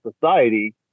society